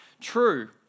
true